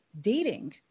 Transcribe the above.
dating